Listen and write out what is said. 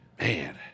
Man